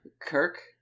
Kirk